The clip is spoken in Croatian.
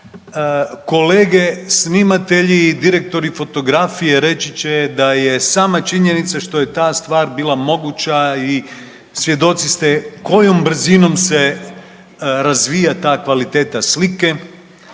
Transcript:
kolege snimatelji i direktori fotografije reći će da je sama činjenica što je ta stvar bila moguća i svjedoci ste kojom se brzinom se razvija ta kvaliteta slike.